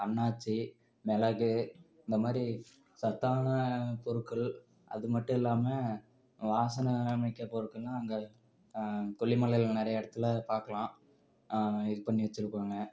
அன்னாச்சி மிளகு இந்தமாதிரி சத்தான பொருட்கள் அதுமட்டும் இல்லாம வாசனை மிக்க பொருட்கள்ன்னா அங்கே கொல்லிமலையில் நிறையா இடத்துல பார்க்கலாம் இது பண்ணி வச்சி இருக்குறோங்க